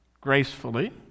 gracefully